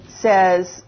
says